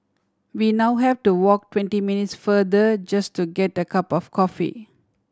we now have to walk twenty minutes farther just to get a cup of coffee